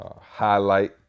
highlight